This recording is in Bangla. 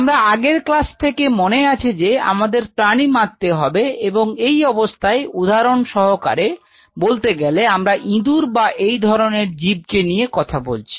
আমরা আগের ক্লাস থেকে মনে আছে যে আমাদের প্রাণী মারতে হবে এবং এই অবস্থায় উদাহরণ সহকারে বলতে গেলে আমরা ইঁদুর বা এই ধরনের জীব কে নিয়ে কথা বলছি